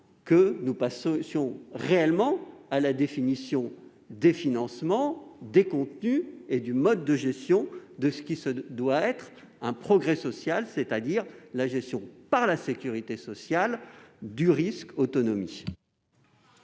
de passer à la définition des financements, des contenus et du mode de gestion de ce qui se doit d'être un progrès social, à savoir la gestion par la sécurité sociale du risque autonomie.